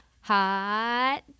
hot